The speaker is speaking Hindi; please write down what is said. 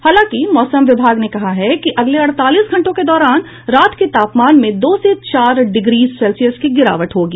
हालांकि मौसम विभाग ने कहा है कि अगले अड़तालीस घंटों के दौरान रात के तापमान में दो से चार डिग्री सेल्सियस की गिरावट होगी